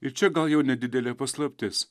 ir čia gal jau nedidelė paslaptis